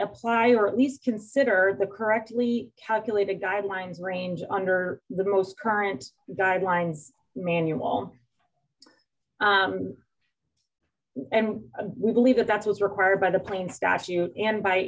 apply or at least consider the correctly calculated guidelines range under the most current guidelines manual and we believe that that's what's required by the plaintiff statute and by